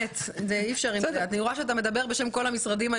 אני רואה שאתה מדבר היום בשם כל המשרדים.